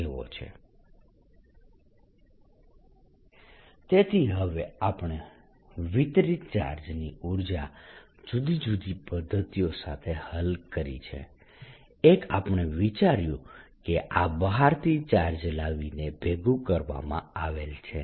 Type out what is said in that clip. EQ24π0R34 1203QQ35Q24π0R તેથી હવે આપણે વિતરિત ચાર્જની ઉર્જા બે જુદી જુદી પદ્ધતિઓ સાથે હલ કરી છે એક આપણે વિચાર્યું કે આ બહારથી ચાર્જ લાવીને ભેગું કરવામાં આવેલ છે